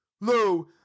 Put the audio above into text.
lo